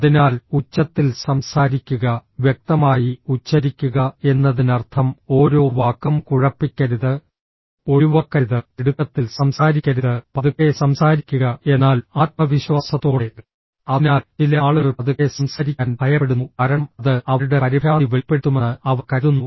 അതിനാൽ ഉച്ചത്തിൽ സംസാരിക്കുക വ്യക്തമായി ഉച്ചരിക്കുക എന്നതിനർത്ഥം ഓരോ വാക്കും കുഴപ്പിക്കരുത് ഒഴിവാക്കരുത് തിടുക്കത്തിൽ സംസാരിക്കരുത് പതുക്കെ സംസാരിക്കുക എന്നാൽ ആത്മവിശ്വാസത്തോടെ അതിനാൽ ചില ആളുകൾ പതുക്കെ സംസാരിക്കാൻ ഭയപ്പെടുന്നു കാരണം അത് അവരുടെ പരിഭ്രാന്തി വെളിപ്പെടുത്തുമെന്ന് അവർ കരുതുന്നു